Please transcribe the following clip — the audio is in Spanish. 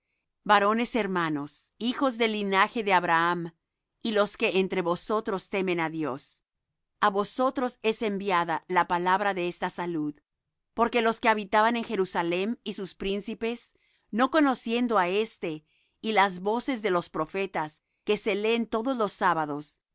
varones hermanos hijos del linaje de abraham y los que entre vosotros temen á dios á vosotros es enviada la palabra de esta salud porque los que habitaban en jerusalem y sus príncipes no conociendo á éste y las voces de los profetas que se leen todos los sábados